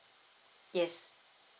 yes